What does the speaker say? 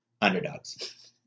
Underdogs